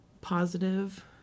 positive